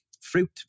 fruit